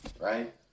Right